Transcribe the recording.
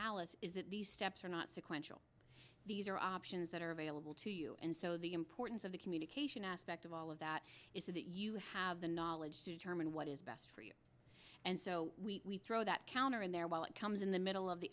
alice is that these steps are not sequential these are options that are available to you and so the importance of the communication aspect of all of that is that you have the knowledge to determine what is best for you and so we throw that counter in there while it comes in the middle of the